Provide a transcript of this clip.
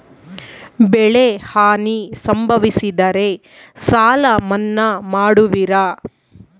ಬೆಳೆಹಾನಿ ಸಂಭವಿಸಿದರೆ ಸಾಲ ಮನ್ನಾ ಮಾಡುವಿರ?